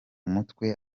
mutwe